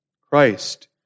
Christ